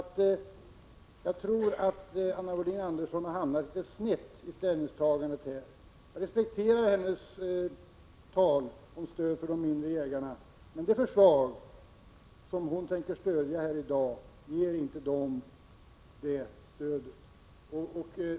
Jag tror att Anna Wohlin-Andersson har hamnat litet snett i sitt ställningstagande. Jag respekterar hennes tal till stöd för de mindre jägarna, men det förslag hon ämnar biträda i dag ger inte dessa jägare det stöd hon avser.